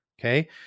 Okay